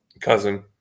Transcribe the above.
cousin